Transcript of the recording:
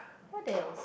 what the else